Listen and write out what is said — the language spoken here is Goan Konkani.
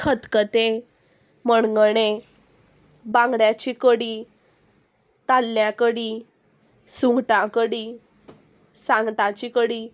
खतखतें मणगणें बांगड्यांची कडी ताल्ल्यां कडी सुंगटां कडी सांगटांची कडी